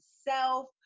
self